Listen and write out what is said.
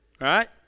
right